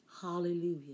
Hallelujah